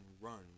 run